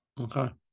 Okay